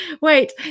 wait